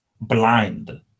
blind